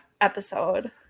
episode